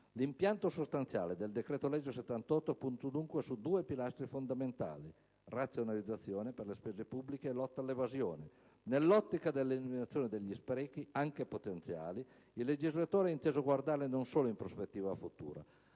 L'impianto sostanziale del decreto-legge n. 78 del 2010 punta dunque su due pilastri fondamentali: razionalizzazione delle spese pubbliche e lotta all'evasione fiscale. Nell'ottica dell'eliminazione degli sprechi anche potenziali, il legislatore ha inteso guardare non solo in prospettiva futura,